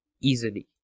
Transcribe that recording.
easily